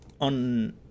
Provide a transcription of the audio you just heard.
on